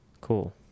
Cool